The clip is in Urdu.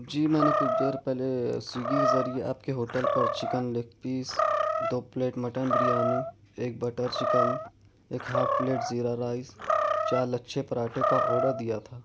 جی میں نے کچھ دیر پہلے سوئیگی کے ذریعہ آپ کے ہ وٹل پر چکن لگ پیس دو پلیٹ مٹن بریانی ایک بٹر چکن ایک ہاف ہلیٹ زیرہ رائس چار لچھے پراٹھے کا آڈر دیا تھا